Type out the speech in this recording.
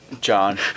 John